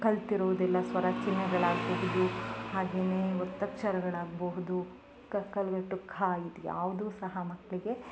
ಕಲಿತಿರುವುದಿಲ್ಲ ಸ್ವರ ಚಿಹ್ನೆಗಳಾಗ್ಬಹುದು ಹಾಗೇ ಒತ್ತಕ್ಷರಗಳಾಗ್ಬಹುದು ಕಕ್ತಲಗಟ್ಟು ಕ ಇದ್ಯಾವುದು ಸಹ ಮಕ್ಕಳಿಗೆ